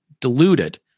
diluted